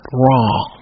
wrong